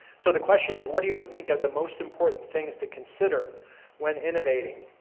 so, the question is what do you think are the most important things to consider when innovating.